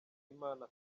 imana